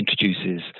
introduces